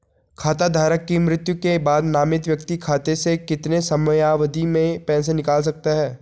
खाता धारक की मृत्यु के बाद नामित व्यक्ति खाते से कितने समयावधि में पैसे निकाल सकता है?